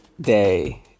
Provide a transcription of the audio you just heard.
day